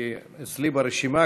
אצלי ברשימה,